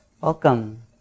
Welcome